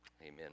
Amen